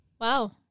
Wow